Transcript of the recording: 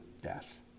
death